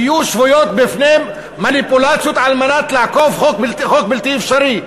יהיו שבויות במניפולציות על מנת לעקוף חוק בלתי אפשרי.